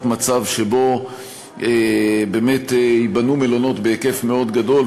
מצב שבו באמת ייבנו מלונות בהיקף מאוד גדול,